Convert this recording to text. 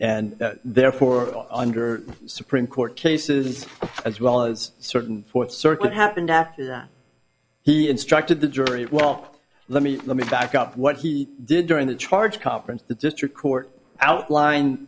and therefore under supreme court cases as well as certain fourth circuit happened after that he instructed the jury walk let me let me back up what he did during the charge conference the district court outlined